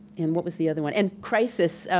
and what was the other one? and crisis,